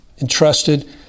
entrusted